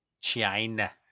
china